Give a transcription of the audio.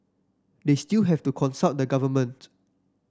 they still have to consult the government